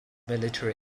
military